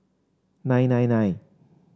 nine nine nine